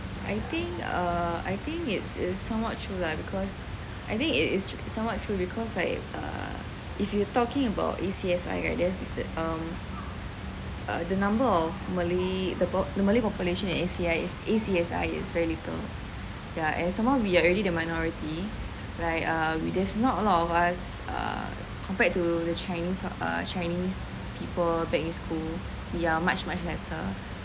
I think err I think it's is somewhat true lah because I think it is somewhat true because like uh if you were talking about A_C_S_I right there's um the number of malay the malay population in A_C_I A_C_S_I is very little ya and some more we are already the minority like err there's not a lot of us err compared to the chinese the chinese people back in school so it's much much lesser